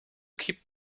keep